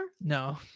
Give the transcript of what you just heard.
No